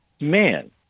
man